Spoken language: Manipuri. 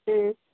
ꯎꯝ